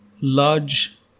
large